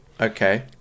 Okay